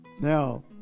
Now